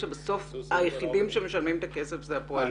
ההסכם לפיו היחידים שמשלמים את הכסף הם הפועלים.